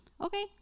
Okay